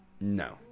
No